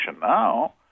now